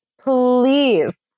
Please